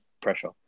pressure